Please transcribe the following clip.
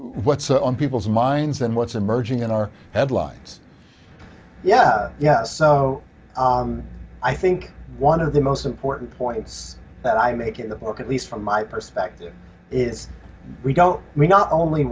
what's on people's minds and what's emerging in our headlines yeah so i think one of the most important points that i make in the book at least from my perspective is we don't we not only